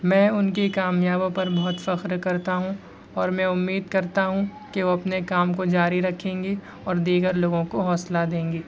میں ان کی کامیابیوں پر بہت فخر کرتا ہوں اور میں امید کرتا ہوں کہ وہ اپنے کام کو جاری رکھیں گی اور دیگر لوگوں کو حوصلہ دیں گی